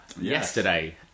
yesterday